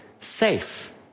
safe